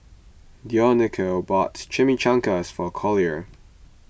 Dionicio bought Chimichangas for Collier